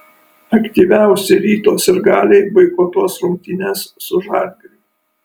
aktyviausi ryto sirgaliai boikotuos rungtynes su žalgiriu